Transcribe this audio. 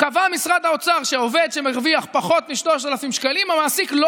שר ההגנה אמר